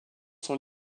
sont